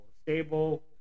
stable